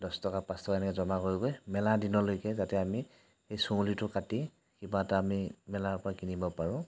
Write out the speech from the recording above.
দছ টকা পাঁচ টকা এনেকৈ জমা কৰি কৰি মেলা দিনলৈকে যাতে আমি সেই চুঙুলিটো কাটি কিবা এটা আমি মেলাৰ পৰা কিনিব পাৰোঁ